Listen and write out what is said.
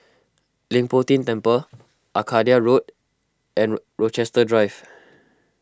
Leng Poh Tian Temple Arcadia Road and Rochester Drive